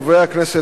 חברי הכנסת,